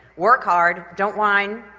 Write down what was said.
work hard, don't whine,